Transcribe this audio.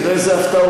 תראה איזו הפתעה,